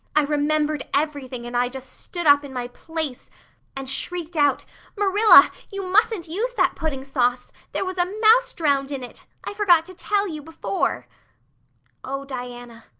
i remembered everything and i just stood up in my place and shrieked out marilla, you mustn't use that pudding sauce. there was a mouse drowned in it. i forgot to tell you before oh, diana,